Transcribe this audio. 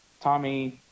Tommy